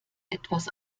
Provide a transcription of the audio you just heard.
etwas